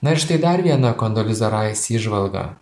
na ir štai dar viena kondoliza rais įžvalga